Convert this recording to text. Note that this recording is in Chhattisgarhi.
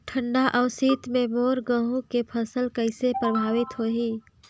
ठंडा अउ शीत मे मोर गहूं के फसल कइसे प्रभावित होही?